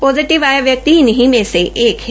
positive आया व्यक्ति इन्हीं में से एक है